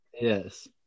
Yes